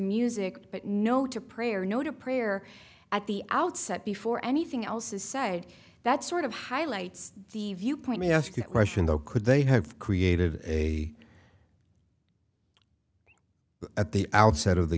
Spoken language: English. music but no to prayer no to prayer at the outset before anything else aside that's sort of highlights the viewpoint to ask the question though could they have created a at the outset of the